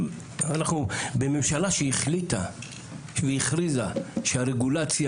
אנחנו בממשלה שהחליטה והכריזה שהרגולציה